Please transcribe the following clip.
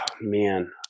Man